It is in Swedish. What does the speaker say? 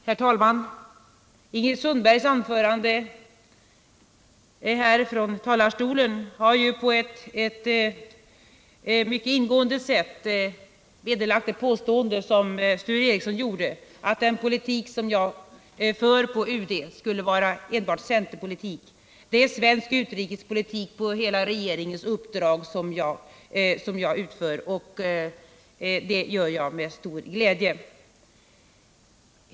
Herr talman! Ingrid Sundbergs anförande härifrån talarstolen har på ett mycket ingående sätt vederlagt det påstående som Sture Ericson gjorde, att den politik jag för på UD skulle vara enbart centerpolitik. Det är svensk utrikespolitik på hela regeringens uppdrag som jag för, och det gör jag med stor glädje.